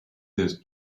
this